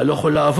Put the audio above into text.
אני לא יכול לעבוד?